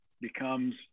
becomes